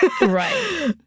Right